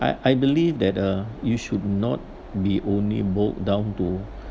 I I believe that uh you should not be only bowed down to